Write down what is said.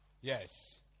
Yes